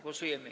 Głosujemy.